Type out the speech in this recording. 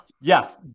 Yes